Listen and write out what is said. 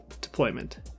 deployment